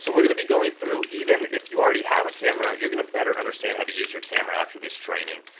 so we're gonna be going through, even if you already have a camera, you're gonna better understand how to use your camera after this training.